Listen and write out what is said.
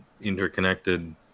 interconnected